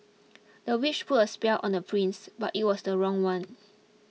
the witch put a spell on the prince but it was the wrong one